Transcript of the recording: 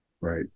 right